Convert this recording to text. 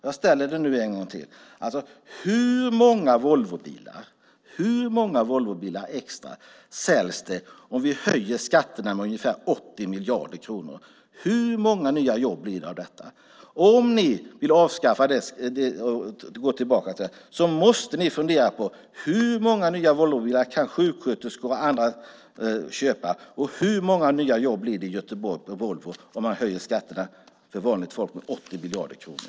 Jag ställer den en gång till: Hur många Volvobilar extra säljs det om vi höjer skatterna med ungefär 80 miljarder kronor? Hur många nya jobb blir det av detta? Ni måste fundera på hur många nya Volvobilar sjuksköterskor och andra kan köpa och hur många nya jobb det blir i Göteborg och på Volvo om man höjer skatterna för vanligt folk med 80 miljarder kronor.